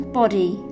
body